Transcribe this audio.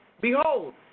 Behold